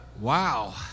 Wow